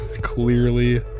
clearly